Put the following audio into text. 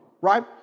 right